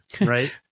right